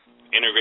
integrate